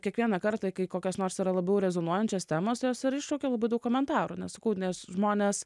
kiekvieną kartą kai kokios nors yra labiau rezonuojančios temos jos ir iššaukia labai daug komentarų nes sakau nes žmonės